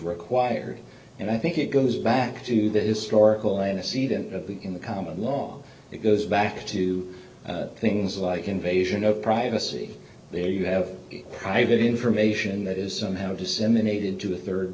required and i think it goes back to the historical antecedent in the common law it goes back to things like invasion of privacy there you have private information that is somehow disseminated to a third